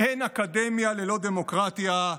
"אין אקדמיה ללא דמוקרטיה",